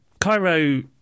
Cairo